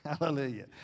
Hallelujah